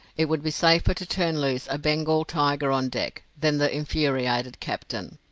it would be safer to turn loose a bengal tiger on deck then the infuriated captain.